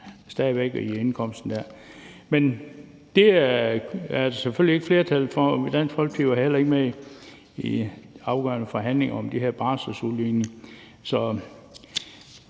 i indkomsten der. Men det er der selvfølgelig ikke flertal for, og Dansk Folkeparti var heller ikke med i de afgørende forhandlinger om den her barselsudligning, så